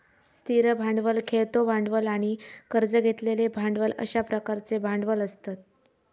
स्थिर भांडवल, खेळतो भांडवल आणि कर्ज घेतलेले भांडवल अश्या प्रकारचे भांडवल असतत